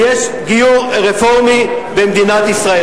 ויש גיור רפורמי במדינת ישראל.